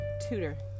tutor